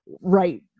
right